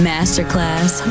Masterclass